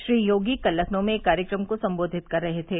श्री योगी कल लखनऊ में एक कार्यक्रम को संबोधित कर रहे थे